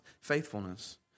faithfulness